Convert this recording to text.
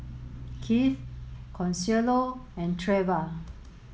Kieth Consuelo and Treva